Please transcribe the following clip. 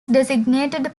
designated